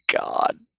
god